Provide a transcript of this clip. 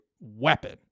weapon